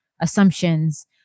assumptions